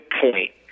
point